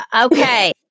Okay